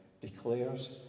declares